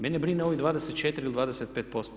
Mene brine ovih 24 ili 25%